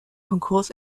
konkurs